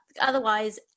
Otherwise